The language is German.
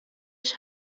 ich